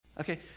Okay